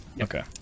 Okay